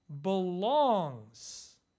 belongs